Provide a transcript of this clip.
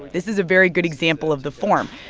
this is a very good example of the form.